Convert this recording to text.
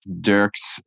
Dirks